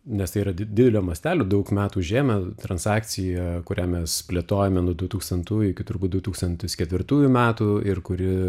nes tai yra di didelio mastelio daug metų užėmę transakcija kurią mes plėtojame nuo du tūkstantųjų iki turbūt du tūkstantis ketvirtųjų metų ir kuri